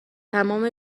تمام